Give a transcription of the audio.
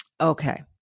okay